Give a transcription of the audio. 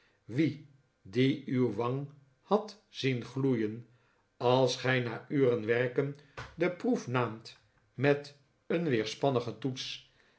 wie die uw wang had zien gloeien als gij na uren werken de proef naamt met een weerspannige toets